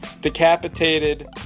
decapitated